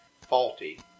faulty